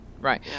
right